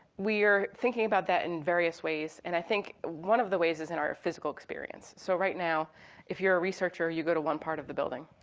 we are thinking about that in various ways. and i think one of the ways is in our physical experience. so right now if you're a researcher, you go to one part of the building.